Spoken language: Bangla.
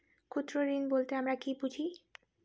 ক্ষুদ্র ঋণ বলতে আমরা কি বুঝি?